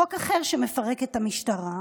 חוק אחר שמפרק את המשטרה,